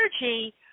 energy